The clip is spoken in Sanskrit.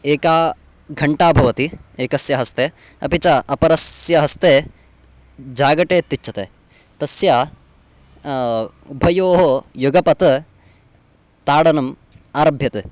एका घण्टा भवति एकस्य हस्ते अपि च अपरस्य हस्ते जागटे इत्युच्यते तस्य उभयोः युगपत् ताडनम् आरभ्यते